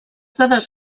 dades